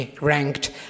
ranked